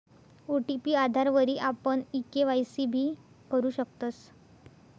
OTP आधारवरी आपण e KYC भी करु शकतस